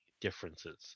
differences